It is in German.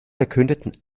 verkündeten